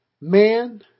Man